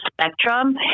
spectrum